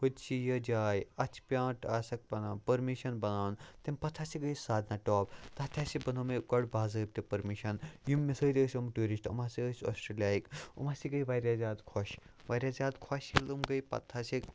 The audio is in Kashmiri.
ہُتہِ چھِ یہِ جاے اَتھ چھِ پٮ۪وان ٹاسٕک پَہم پٔرمِشَن بَناوُن تَمہِ پَتہٕ ہاسے گٔے أسۍ سادنا ٹاپ تَتھ تہِ ہاسے بَنو مےٚ گۄڈٕ باضٲبطہِ پٔرمِشَن یِم مےٚ سۭتۍ ٲسۍ یِم ٹوٗرِسٹ یِم ہَسا ٲسۍ آسٹرٛیلیاہٕکۍ یِم ہاسے گٔے واریاہ زیادٕ خوش واریاہ زیادٕ خوش ییٚلہِ یِم گٔے پَتہٕ ہاسے